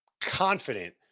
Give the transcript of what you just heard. confident